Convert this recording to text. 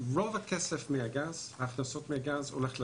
רוב ההכנסות מהגז הולך לתקציב.